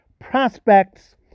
prospects